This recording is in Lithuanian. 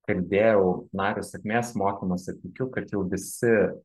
kalbėjau nario sėkmės mokymuose tikiu kad jau visi